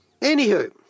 Anywho